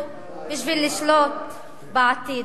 בשביל לשלוט בעתיד?